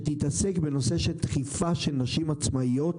שתתעסק בדחיפה של נשים עצמאיות,